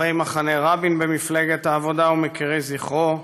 חברי מחנה רבין במפלגת העבודה ומוקירי זכרו,